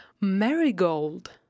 Marigold